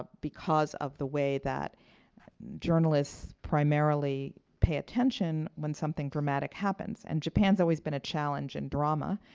ah because of the way that journalists primarily pay attention when something dramatic happens. and japan's always been a challenge in drama.